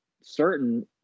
certain